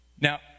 Now